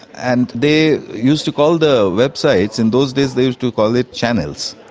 and they used to call the websites, in those days they used to call it channels,